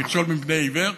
מכשול בפני עיוור,